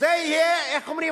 זה יהיה, איך אומרים?